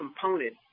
component